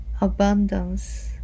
abundance